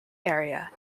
area